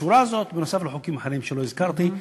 בשורה הזאת, בנוסף לחוקים אחרים שלא הזכרתי.